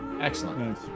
Excellent